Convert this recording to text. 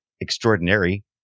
extraordinary